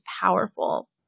powerful